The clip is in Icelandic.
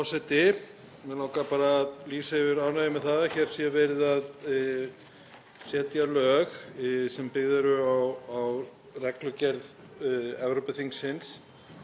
Mig langar bara að lýsa yfir ánægju með að hér sé verið að setja lög sem byggð eru á reglugerð Evrópuþingsins